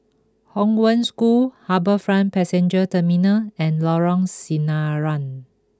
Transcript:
Hong Wen School HarbourFront Passenger Terminal and Lorong Sinaran